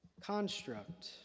construct